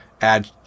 add